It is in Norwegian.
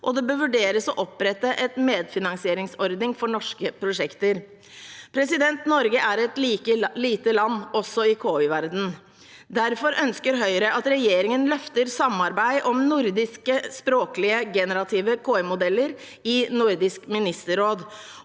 og det bør vurderes å opprette en medfinansieringsordning for norske prosjekter. Norge er et lite land, også i KI-verdenen. Derfor ønsker Høyre at regjeringen løfter fram samarbeid om nordiske språklige generative KI-modeller i Nordisk ministerråd,